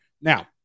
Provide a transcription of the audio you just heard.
Now